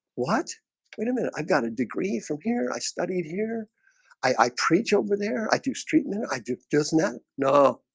what wait a minute i've got a degree from here i studied here i preached over there i do streetman i do just not know